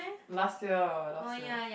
last year last year